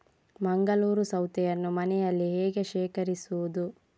ಮಂಗಳೂರು ಸೌತೆಯನ್ನು ಮನೆಯಲ್ಲಿ ಹೇಗೆ ಶೇಖರಿಸುವುದು?